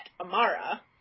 Amara